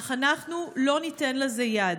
אך אנחנו לא ניתן לזה יד.